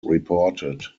reported